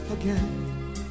again